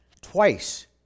Twice